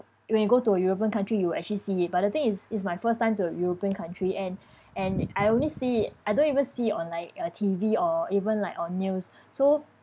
when you go to a european country you'll actually see it but the thing is it's my first time to a european country and and I only see I don't even see on like uh T_V or even like on news so